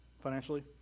financially